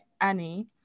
annie